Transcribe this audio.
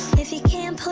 if you can't